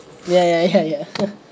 ya ya ya ya